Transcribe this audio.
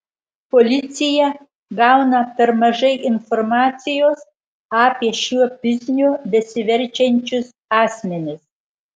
policija gauna per mažai informacijos apie šiuo bizniu besiverčiančius asmenis